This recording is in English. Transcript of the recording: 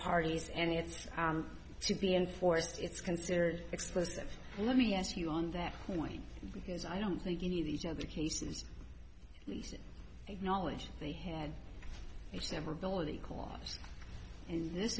parties and it's to be enforced it's considered explicit let me ask you on that point because i don't think any of these other cases acknowledge they had a severability clause in this